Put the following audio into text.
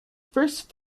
first